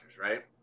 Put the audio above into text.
right